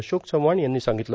अशोक चव्हाण यांनी सांगितलं